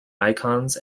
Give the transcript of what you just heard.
icons